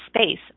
space